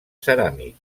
ceràmic